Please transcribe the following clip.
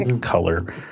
color